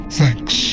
thanks